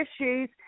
issues